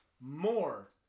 more